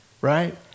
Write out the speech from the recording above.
right